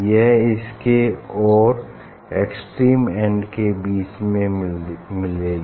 यह इसके और एक्सट्रीम एन्ड के बीच में मिलेगी